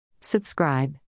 Subscribe